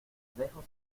dejo